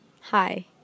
hi